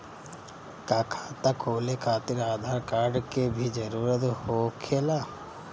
का खाता खोले खातिर आधार कार्ड के भी जरूरत होखेला?